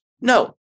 No